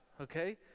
okay